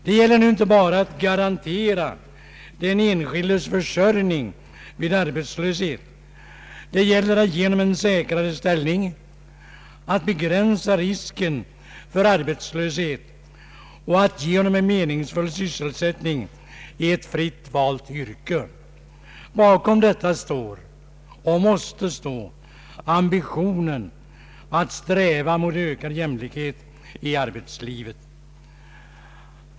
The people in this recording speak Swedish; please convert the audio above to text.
Det gäller inte bara att garantera den enskildes försörjning vid arbetslöshet — det gäller att ge honom en säkrare ställning, att begränsa risken för arbetslöshet och att ge honom en meningsfull sysselsättning i ett fritt valt yrke. Bakom detta står — och måste stå — ambitionen att sträva mot ökad jämlikhet i arbetslivet.